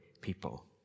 people